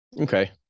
Okay